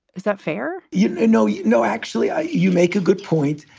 is that fair? you know? no, you know actually, i you make a good point.